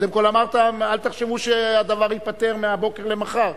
קודם כול אמרת: אל תחשבו שהדבר ייפתר מהיום למחר.